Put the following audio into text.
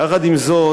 יחד עם זאת,